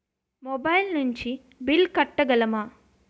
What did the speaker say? Mobile నుంచి bill కట్టగలమ?